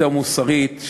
יותר מוסרית,